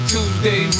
Tuesday